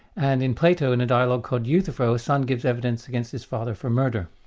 and in plato in a dialogue called euthyphro a son gives evidence against his father for murder.